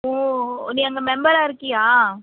ஓ நீ அங்கே மெம்பராக இருக்கியா